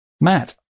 Matt